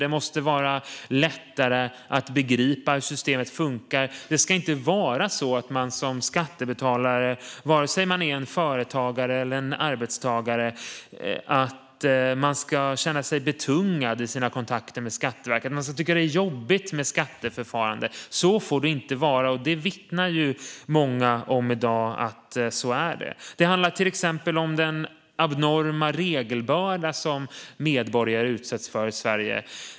Det måste vara lättare att begripa hur systemet funkar. Det ska inte vara så att man som skattebetalare, vare sig man är företagare eller arbetstagare, ska känna sig betungad av sina kontakter med Skatteverket och att man ska tycka att det är jobbigt med skatteförfarande. Så får det inte vara, men det vittnar många om att det är. Det handlar till exempel om den abnorma regelbörda som medborgare utsätts för i Sverige.